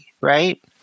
right